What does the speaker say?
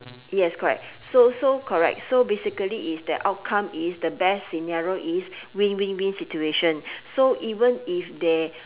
yes correct so so correct so basically is that outcome is the best scenario is win win win situation so even if they